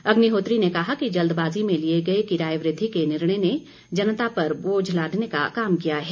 अग्निहोत्री ने कहा कि जल्दबाजी में लिए गए किराए वृद्धि के निर्णय ने जनता पर बोझ लादने का काम किया है